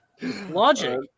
logic